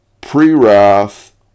pre-wrath